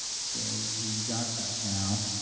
so we got that now.